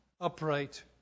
upright